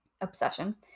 obsession